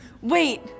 Wait